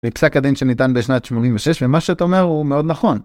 זה פסק הדין שניתן בשנת 86' ומה שאת אומר הוא מאוד נכון.